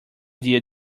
idea